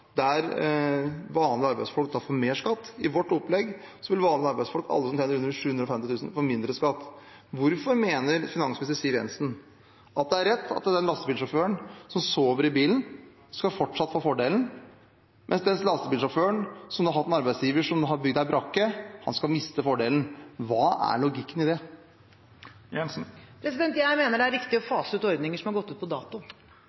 der vanlige arbeidsfolk får mer skatt. I vårt opplegg vil vanlige arbeidsfolk – alle som tjener under 750 000 kr – få mindre skatt. Hvorfor mener finansminister Siv Jensen at det er rett at den lastebilsjåføren som sover i bilen, fortsatt skal få fordelen, mens den lastebilsjåføren som har hatt en arbeidsgiver som har bygd en brakke, skal miste fordelen? Hva er logikken i det? Jeg mener det er riktig å fase ut ordninger som er gått ut på dato,